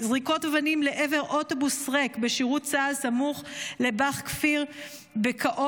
זריקות אבנים לעבר אוטובוס ריק בשירות צה"ל סמוך לבא"ח כפיר בקעות,